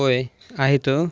होय आहेतं